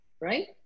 right